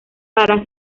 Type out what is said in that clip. para